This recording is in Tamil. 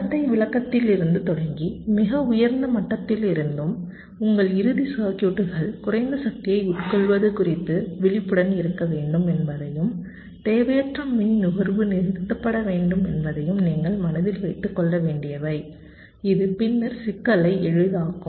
நடத்தை விளக்கத்திலிருந்து தொடங்கி மிக உயர்ந்த மட்டத்திலிருந்தும் உங்கள் இறுதி சர்க்யூட்கள் குறைந்த சக்தியை உட்கொள்வது குறித்து விழிப்புடன் இருக்க வேண்டும் என்பதையும் தேவையற்ற மின் நுகர்வு நிறுத்தப்பட வேண்டும் என்பதையும் நீங்கள் மனதில் வைத்துக் கொள்ள வேண்டியவை இது பின்னர் சிக்கலை எளிதாக்கும்